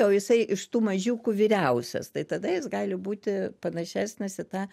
o jisai iš tų mažiukų vyriausias tai tada jis gali būti panašesnis į tą